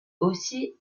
aussi